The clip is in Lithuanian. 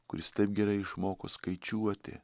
kuris taip gerai išmoko skaičiuoti